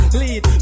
lead